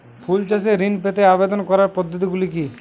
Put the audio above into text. ফুল চাষে ঋণ পেতে আবেদন করার পদ্ধতিগুলি কী?